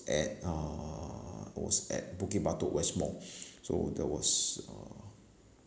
at uh was at bukit batok west mall so there was uh